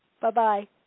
Bye-bye